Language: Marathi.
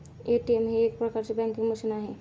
ए.टी.एम हे एक प्रकारचे बँकिंग मशीन आहे